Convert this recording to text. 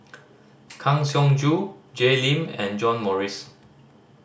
Kang Siong Joo Jay Lim and John Morrice